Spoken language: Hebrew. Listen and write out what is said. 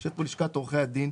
יושבים פה מלשכת עורכי הדין.